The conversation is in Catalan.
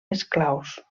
esclaus